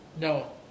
No